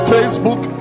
Facebook